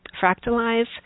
fractalize